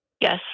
Yes